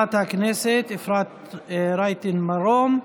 תודה, חברת הכנסת אפרת רייטן מרום.